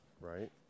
right